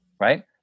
right